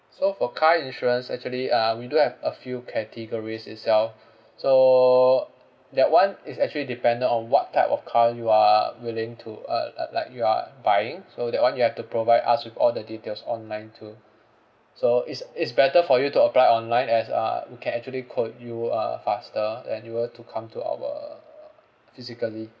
so for car insurance actually uh we do have a few categories itself so that [one] is actually depending on what type of car you are willing to uh li~ like you are buying so that [one] you have to provide us with all the details online too so is is better for you to apply online as uh we can actually quote you uh faster than you were to come to our uh physically